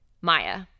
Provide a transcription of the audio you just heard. Maya